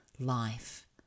Life